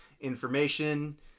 information